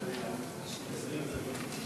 תודה רבה.